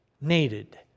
needed